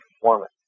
performance